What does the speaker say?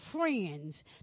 friends